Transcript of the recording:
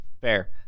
Fair